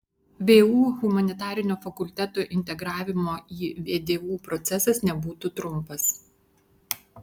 vu humanitarinio fakulteto integravimo į vdu procesas nebūtų trumpas